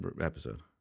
episode